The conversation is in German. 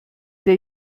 der